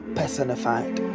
personified